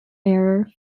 error